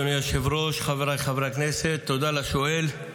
אדוני היושב-ראש, חבריי חברי הכנסת, תודה לשואל.